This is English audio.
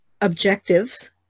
objectives